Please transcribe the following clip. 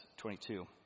22